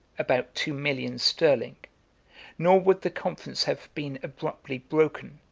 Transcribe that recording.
about two millions sterling nor would the conference have been abruptly broken,